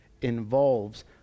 involves